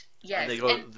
Yes